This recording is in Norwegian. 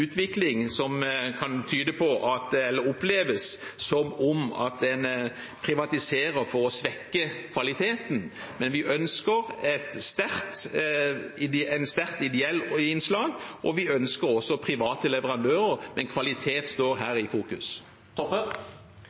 utvikling som kan oppleves som at en privatiserer for å svekke kvaliteten. Vi ønsker et sterkt ideelt innslag, og vi ønsker også private leverandører, men kvalitet står her i fokus.